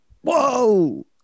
Whoa